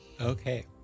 Okay